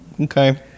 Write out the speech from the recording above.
okay